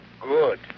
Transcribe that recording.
Good